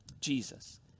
Jesus